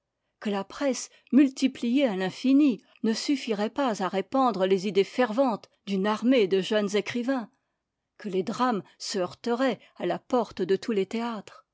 que la presse multipliée à l'infini ne suffirait pas à répandre les idées ferventes d'une armée de jeunes écrivains que les drames se heurteraient à la porte de tous les théâtres